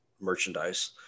merchandise